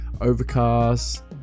overcast